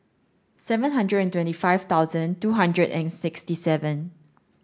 seven hundred and twenty five thousand two hundred and sixty seven